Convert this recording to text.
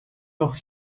noch